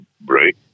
break